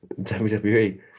WWE